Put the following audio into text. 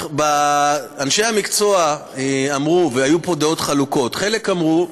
אנשי המקצוע אמרו, היו פה דעות חלוקות, חלק אמרו: